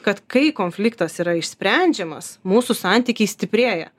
kad kai konfliktas yra išsprendžiamas mūsų santykiai stiprėja